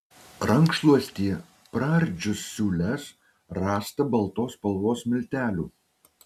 rankšluostyje praardžius siūles rasta baltos spalvos miltelių